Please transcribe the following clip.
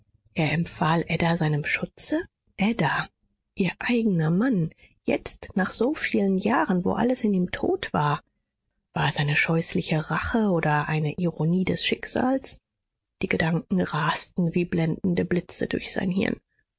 er empfahl ada seinem schutze ada ihr eigener mann jetzt nach so vielen jahren wo alles in ihm tot war war es eine scheußliche rache oder eine ironie des schicksals die gedanken rasten wie blendende blitze durch sein hirn